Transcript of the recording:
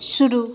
शुरू